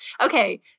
Okay